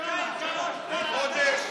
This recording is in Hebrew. כמה זמן, חודש?